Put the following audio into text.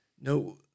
no